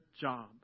job